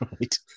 Right